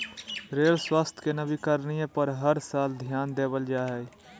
rail व्यवस्था के नवीनीकरण पर हर साल ध्यान देवल जा हइ